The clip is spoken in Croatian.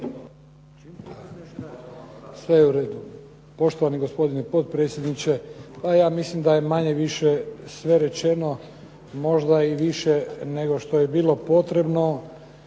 Krešimir (HDZ)** Poštovani gospodine potpredsjedniče, pa ja mislim da je manje-više sve rečeno, možda i više nego što je bilo potrebno.